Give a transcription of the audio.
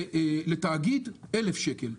ולתאגיד 1,000 שקל.